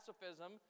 pacifism